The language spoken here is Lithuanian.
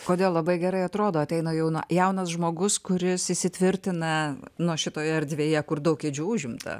kodėl labai gerai atrodo ateina jauna jaunas žmogus kuris įsitvirtina nu šitoje erdvėje kur daug kėdžių užimta